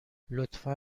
لطفا